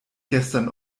gestern